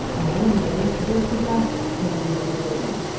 and now and then a burst of laughter from one end of the building.